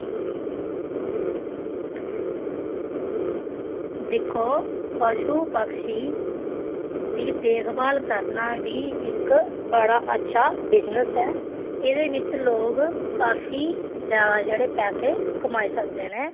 दिक्खो पशु पक्षी दी देखभाल करना बी इक बड़ा अच्छा बिजनेस ऐ एह्दे बिच्च लोक काफी ज्यादा जेह्ड़े पैसे कमाई सकदे न